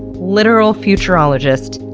literal, futurologist,